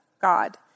God